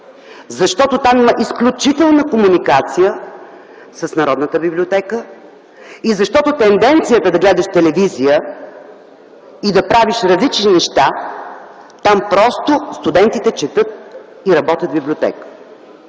защото там има изключителна комуникация с Народната библиотека и защото тенденцията е да гледаш телевизия и да правиш различни неща – там просто студентите четат и работят в библиотека.